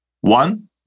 One